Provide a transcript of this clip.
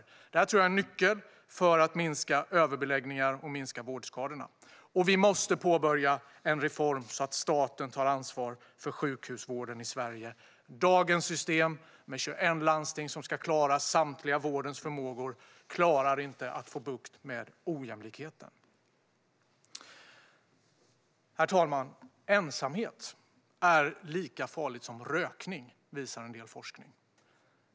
Jag tror att det är en nyckel till att kunna minska överbeläggningar och vårdskador. Vi måste också påbörja en reform så att staten tar ansvar för sjukhusvården i Sverige. Dagens system, med 21 landsting som ska klara samtliga vårdens förmågor, klarar inte av att få bukt med ojämlikheten. Herr talman! Ensamhet är lika farligt som rökning, visar en del forskning.